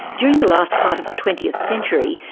during the last part of the twentieth century,